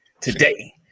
today